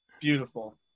beautiful